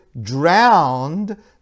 drowned